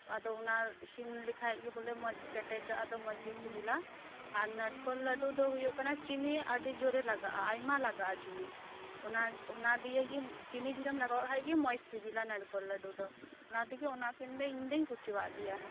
ᱟᱫᱚ ᱚᱱᱟ ᱤᱥᱤᱱ ᱞᱮᱠᱷᱟᱱ ᱜᱮ ᱵᱚᱞᱮ ᱢᱚᱸᱡᱽ ᱜᱮ ᱠᱮᱴᱮᱡᱚᱜᱼᱟ ᱟᱫᱚ ᱢᱚᱸᱡᱽ ᱜᱮ ᱥᱤᱵᱤᱞᱟ ᱟᱨ ᱱᱟᱨᱠᱳᱞ ᱞᱟᱰᱩ ᱫᱚ ᱦᱳᱭᱳᱜ ᱠᱟᱱᱟ ᱪᱤᱱᱤ ᱟᱰᱤ ᱡᱳᱨᱮ ᱞᱟᱜᱟᱜᱼᱟ ᱟᱭᱢᱟ ᱞᱟᱜᱟᱜᱼᱟ ᱪᱤᱱᱤ ᱚᱱᱟ ᱚᱱᱟ ᱫᱤᱭᱮ ᱜᱮ ᱪᱤᱱᱤ ᱰᱷᱤᱨᱤᱢ ᱞᱟᱜᱟᱣᱟᱜ ᱠᱷᱟᱱ ᱜᱮ ᱢᱚᱸᱡᱽ ᱥᱤᱵᱤᱞᱟ ᱱᱟᱨᱠᱳᱞ ᱞᱟᱰᱩ ᱫᱚ ᱚᱱᱟ ᱛᱮᱜᱮ ᱚᱱᱟ ᱠᱤᱱ ᱫᱚᱧ ᱤᱧ ᱫᱚᱧ ᱠᱩᱥᱤᱣᱟᱜ ᱜᱮᱭᱟ